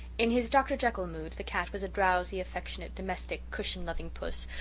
in his dr. jekyll mood the cat was a drowsy, affectionate, domestic, cushion-loving puss,